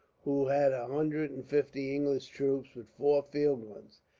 who had a hundred and fifty english troops, with four field guns.